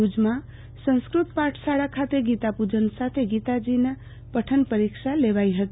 ભુજમાં સંસ્કૃત પાઠશાળા ખાતે ગીતાપુજન સાથે ગીતષ્ઠ પઠન પરીક્ષા લેવાઈ હતી